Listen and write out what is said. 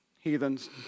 heathens